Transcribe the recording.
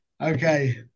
okay